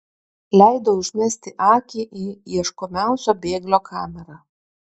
leido užmesti akį į ieškomiausio bėglio kamerą